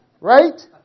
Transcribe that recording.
right